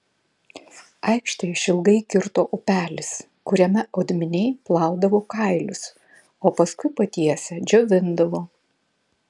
aikštę išilgai kirto upelis kuriame odminiai plaudavo kailius o paskui patiesę džiovindavo